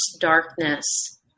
darkness